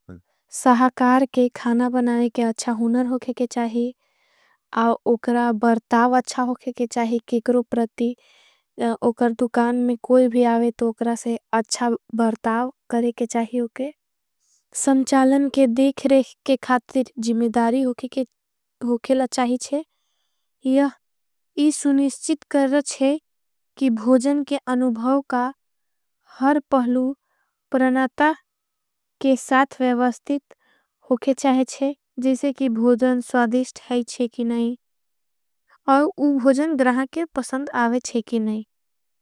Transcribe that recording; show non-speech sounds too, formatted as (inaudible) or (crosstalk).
सहाकार के खाना बनाये के अच्छा हुनर होगे के चाही, उकरा बरताव अच्छा होगे के चाही। किकरो परती, उकर टुकान में कोई भी आवें तो उकरा से अच्छा बरताव करें के चाही होगे। संचालन के देखरें के खाथें जिमेदारी होगेला (hesitation) चाही छे। यह यह सुनिश्चित कर रच्छे कि भोजन के अनुभाव का हर पहलू प्रनाता के साथ वेवस्तित होगे चाहे छे। जिसे कि भोजन स्वादिष्ट है चे की नहीं, और उँ भोजन ग्रहा के पसंद आवे चे की नहीं।